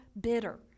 bitter